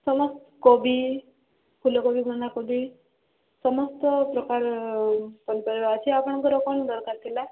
କୋବି ଫୁଲ କୋବି ବନ୍ଧା କୋବି ସମସ୍ତ ପ୍ରକାରର ପନିପରିବା ଅଛି ଆପଣଙ୍କର କ'ଣ ଦରକାର ଥିଲା